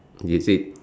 is it